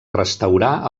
restaurar